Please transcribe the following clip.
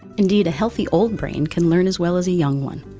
indeed, a healthy old brain can learn as well as a young one,